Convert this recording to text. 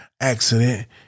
accident